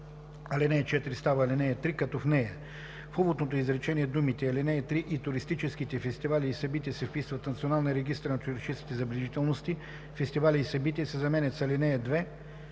ал. 4 става ал. 3, като в нея: - в уводното изречение думите „ал. 3 и туристическите фестивали и събития се вписват в Националния регистър на туристическите забележителности, фестивали и събития“ се заменят с „ал. 2